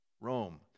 Rome